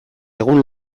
egun